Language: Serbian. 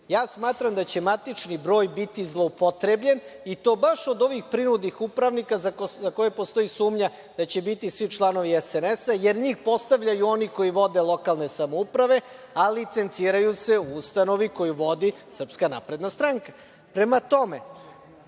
Smatram da će matični broj biti zloupotrebljen i to baš od ovih prinudnih upravnika za koje postoji sumnja da će biti svi članovi SNS, jer njih postavljaju oni koji vode lokalne samouprave, a licenciraju se u ustanovi koju vodi SNS.Prema tome,